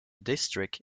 district